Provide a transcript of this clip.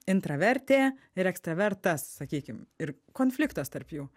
intravertė ir ekstravertas sakykim ir konfliktas tarp jų